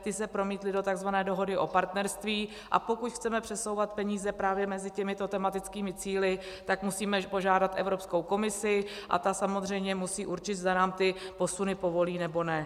Ty se promítly do takzvané dohody o partnerství, a pokud chceme přesouvat peníze právě mezi těmito tematickými cíli, tak musíme požádat Evropskou komisi a ta samozřejmě musí určit, zda nám ty posuny povolí, nebo ne.